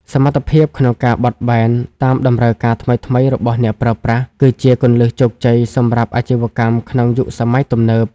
សមត្ថភាពក្នុងការបត់បែនតាមតម្រូវការថ្មីៗរបស់អ្នកប្រើប្រាស់ គឺជាគន្លឹះជោគជ័យសម្រាប់អាជីវកម្មក្នុងយុគសម័យទំនើប។